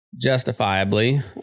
justifiably